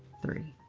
three.